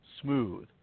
smooth